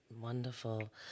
Wonderful